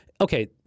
okay